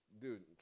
Dude